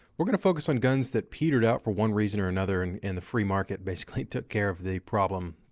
we're going to focus on guns that petered out for one reason or another. and and the free market basically took care of the problem,